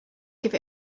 give